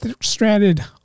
stranded